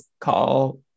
call